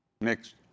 Next